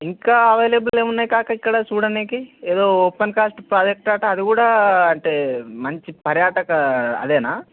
ఇంకా అవైలబుల్ ఏమున్నాయి కాకా ఇక్కడ చూడనీకి ఏదో ఓపెన్ కాస్ట్ ప్రాజెక్ట్ అట అది కూడా అంటే మంచి పర్యాటక అదేనా